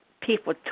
people